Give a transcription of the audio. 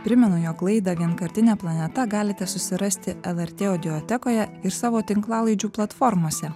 primenu jog laidą vienkartinė planeta galite susirasti lrt audiotekoje ir savo tinklalaidžių platformose